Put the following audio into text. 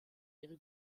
ihre